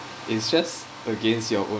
it's just against your own